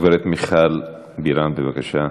הגברת מיכל בירן, בבקשה,